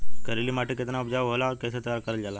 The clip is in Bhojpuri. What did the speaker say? करेली माटी कितना उपजाऊ होला और कैसे तैयार करल जाला?